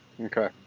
Okay